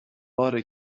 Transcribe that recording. باره